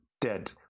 dead